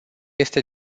este